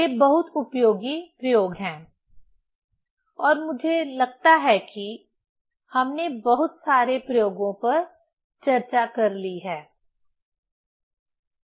ये बहुत उपयोगी प्रयोग हैं और मुझे लगता है कि हमने बहुत सारे प्रयोगों पर चर्चा कर ली है ये मूल प्रयोग हैं